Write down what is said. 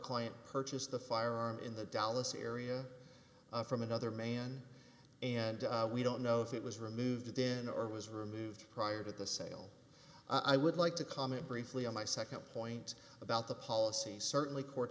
client purchased the firearm in the dallas area from another man and we don't know if it was removed in or was removed prior to the sale i would like to comment briefly on my nd point about the policy certainly courts